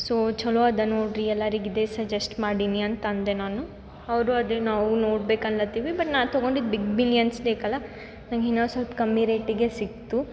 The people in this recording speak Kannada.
ಸೋ ಚಲೋ ಅದ ನೋಡ್ರಿ ಎಲ್ಲರಿಗೆ ಇದೆ ಸಜೆಸ್ಟ್ ಮಾಡೀನಿ ಅಂತ ಅಂದೇ ನಾನು ಅವರು ಅದೆ ನಾವು ನೋಡ್ಬೇಕು ಅಂಲತೀವಿ ಬಟ್ ನಾ ತೊಗೊಂಡಿದ್ದು ಬಿಗ್ ಬಿಲಿಯನ್ಸ್ ಡೆಕ್ ಅಲ ನಂಗೆ ಇನ್ನು ಸ್ವಲ್ಪ್ ಕಮ್ಮಿ ರೇಟಿಗೆ ಸಿಗ್ತು